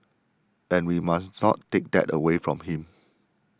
and we must not take that away from him